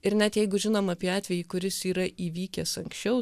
ir net jeigu žinom apie atvejį kuris yra įvykęs anksčiau